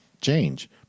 change